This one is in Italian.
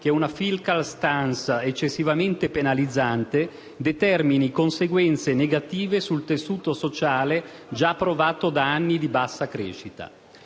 che una *fiscal stance* eccessivamente penalizzante determini conseguenze negative sul tessuto sociale, già provato da anni di bassa crescita.